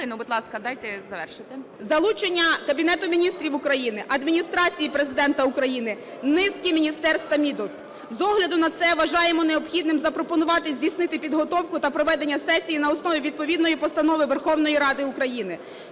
...залучення Кабінету Міністрів України, Адміністрації Президента України, низки міністерств та відомств. З огляду на це вважаємо необхідним запропонувати здійснити підготовку та проведення сесії на основні відповідної постанови Верховної Ради України.